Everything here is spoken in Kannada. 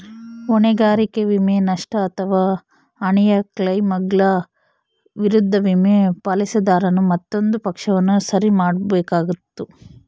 ಹೊಣೆಗಾರಿಕೆ ವಿಮೆ, ನಷ್ಟ ಅಥವಾ ಹಾನಿಯ ಕ್ಲೈಮ್ಗಳ ವಿರುದ್ಧ ವಿಮೆ, ಪಾಲಿಸಿದಾರನು ಮತ್ತೊಂದು ಪಕ್ಷವನ್ನು ಸರಿ ಮಾಡ್ಬೇಕಾತ್ತು